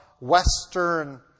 Western